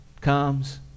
comes